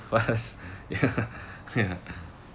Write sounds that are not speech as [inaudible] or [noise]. fast [laughs] ya ya